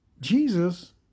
Jesus